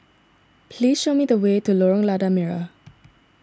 please show me the way to Lorong Lada Merah